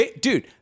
Dude